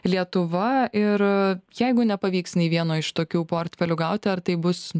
lietuva ir jeigu nepavyks nei vieno iš tokių portfelių gauti ar tai bus